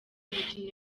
imikino